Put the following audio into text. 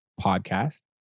podcast